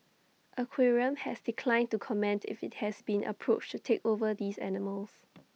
aquarium has declined to comment if IT has been approached to take over these animals